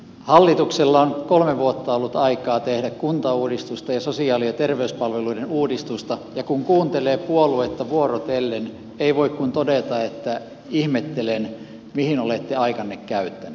hallituksella on kolme vuotta ollut aikaa tehdä kuntauudistusta ja sosiaali ja terveyspalveluiden uudistusta ja kun kuuntelee puolueita vuorotellen ei voi kuin todeta että ihmettelen mihin olette aikanne käyttäneet